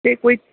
एह् कोई